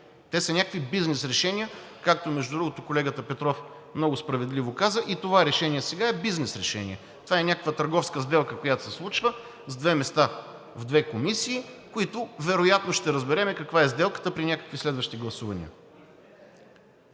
Те са някакви бизнес решения, както, между другото, колегата Петров много справедливо каза: и това решение сега е бизнес решение, някаква търговска сделка, която се случва, с две места в две комисии и вероятно ще разберем каква е сделката при някакви следващи гласувания.